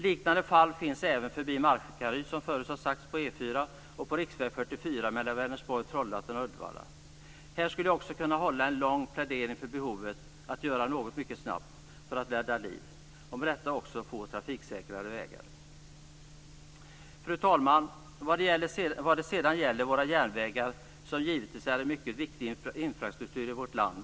Liknande sträckor finns, som förut nämnts, på E 4 och på riksväg 44 Vänersborg-Trollhättan-Uddevalla. Jag skulle här kunna göra en lång plädering för behovet av att mycket snabbt göra något för att få trafiksäkrare vägar som kan rädda liv. Fru talman! Våra järnvägar är givetvis en mycket viktig del av infrastrukturen i vårt land.